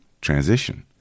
transition